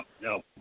no